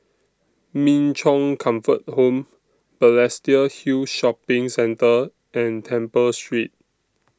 Min Chong Comfort Home Balestier Hill Shopping Centre and Temple Street